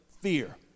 fear